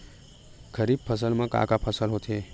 खरीफ फसल मा का का फसल होथे?